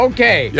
Okay